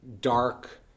dark